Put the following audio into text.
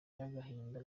y’agahinda